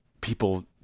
people